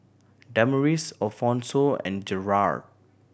Damaris Alphonso and Jerald